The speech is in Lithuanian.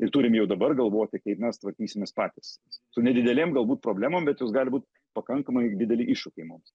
ir turim jau dabar galvoti kaip mes tvarkysimės patys su nedidelėm galbūt problemom bet jos gali būt pakankamai dideli iššūkiai mums